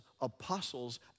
apostles